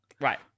Right